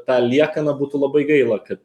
tą liekaną būtų labai gaila kad